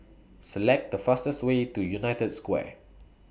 Select The fastest Way to United Square